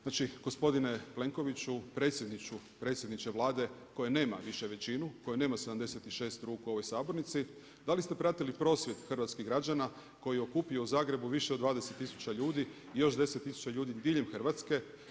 Znači gospodine Plenkoviću, predsjedniče Vlade, koji nema više većinu, koji nema 76 ruku u ovoj sabornici, da li ste pratili prosvjed hrvatskih građana koji okupio u Zagrebu više od 20 tisuća ljudi i još 10 tisuća ljudi diljem Hrvatske.